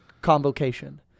convocation